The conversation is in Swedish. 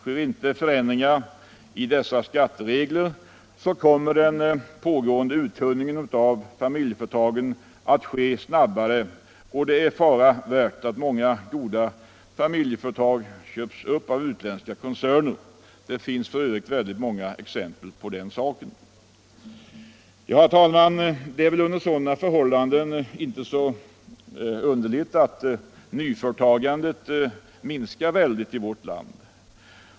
Görs inte ändringar i dessa skatteregler kommer den pågående uttunningen av familjeföretagen att ske snabbare, och det är fara värt att goda familjeföretag köps upp av utländska koncerner. Det finns många exempel på det. Under sådana förhållanden är det inte underligt att nyföretagandet minskar starkt i vårt land.